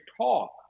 talk